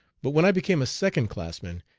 but when i became a second-classman,